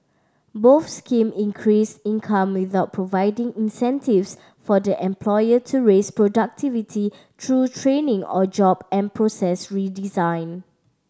both scheme increased income without providing incentives for the employer to raise productivity through training or job and process redesign